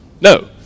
No